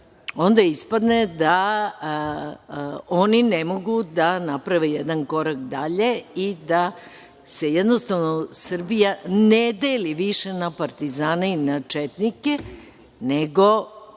onda ispadne da oni ne mogu da naprave jedan korak dalje i da se jednostavno Srbija ne deli više na partizane i na četnike, nego